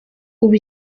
ubu